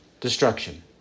destruction